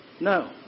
No